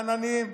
בעננים,